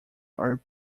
are